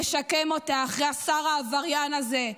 נשקם אותה אחרי השר העבריין הזה.